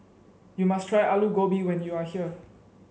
you must try Alu Gobi when you are here